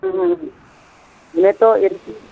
তো এরকম